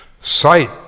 Sight